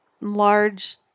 large